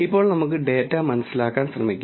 ഇപ്പോൾ നമുക്ക് ഡാറ്റ മനസ്സിലാക്കാൻ ശ്രമിക്കാം